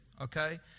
okay